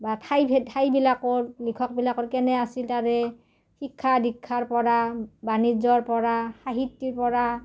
বা ঠাই ঠাইবিলাকৰ লিখকবিলাকৰ কেনে আছিল তাৰে শিক্ষা দীক্ষাৰপৰা বাণিজ্যৰপৰা সাহিত্যৰপৰা